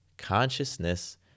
consciousness